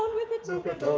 with it so vip